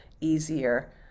easier